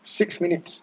six minutes